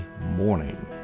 morning